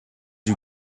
you